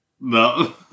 No